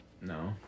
No